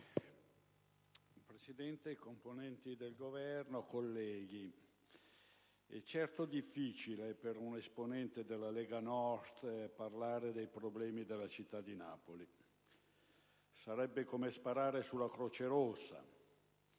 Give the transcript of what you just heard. Presidente, componenti del Governo, colleghi, è certo difficile per un esponente della Lega Nord parlare dei problemi della città di Napoli: sarebbe come sparare sulla Croce Rossa.